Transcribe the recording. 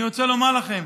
אני רוצה לומר לכם,